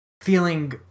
feeling